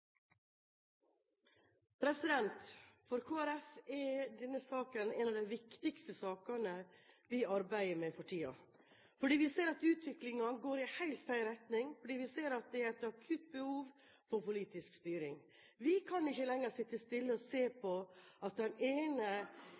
For Kristelig Folkeparti er denne saken en av de viktigste sakene vi arbeider med for tiden, for vi ser at utviklingen går i helt feil retning, og vi ser at det er et akutt behov for politisk styring. Vi kan ikke lenger sitte stille og se på at den ene